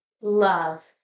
love